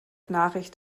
nachricht